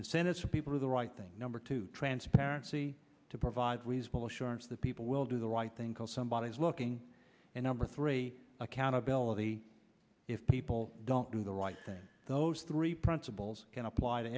incentives for people to the right things number two transparency to provide reasonable assurance that people will do the right thing call somebody is looking and number three accountability if people don't do the right thing those three principles can apply to